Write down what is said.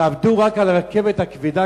תעבדו רק על הרכבת הכבדה,